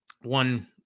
one